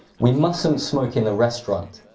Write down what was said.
we mustn't smoke in the restaurant.